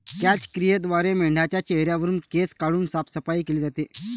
क्रॅच क्रियेद्वारे मेंढाच्या चेहऱ्यावरुन केस काढून साफसफाई केली जाते